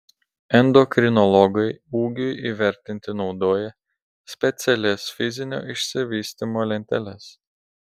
endokrinologai ūgiui įvertinti naudoja specialias fizinio išsivystymo lenteles